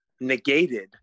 negated